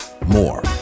More